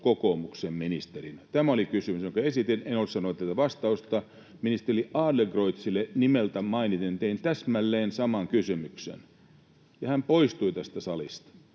kokoomuksen ministerinä. Tämä oli kysymys, jonka esitin, enkä ole saanut teiltä vastausta. Ministeri Adlercreutzille nimeltä mainiten tein täsmälleen saman kysymyksen, ja hän poistui tästä salista